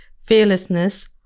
fearlessness